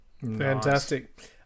Fantastic